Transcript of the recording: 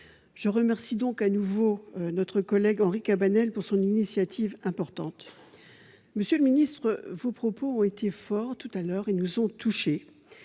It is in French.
à remercier de nouveau notre collègue Henri Cabanel pour son initiative importante. Monsieur le ministre, vos propos ont été forts et nous ont touchés.